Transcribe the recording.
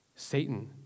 Satan